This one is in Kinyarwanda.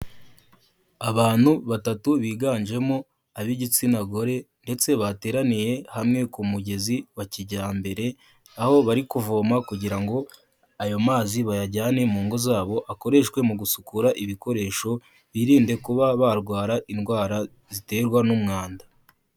Abantu batatu biganjemo ab'igitsina gore ndetse bateraniye hamwe ku mugezi wa kijyambere, aho bari kuvoma kugira ngo ayo mazi bayajyane mu ngo zabo akoreshwe mu gusukura ibikoresho, birinde kuba barwara indwara ziterwa n'umwanda.